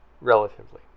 Relatively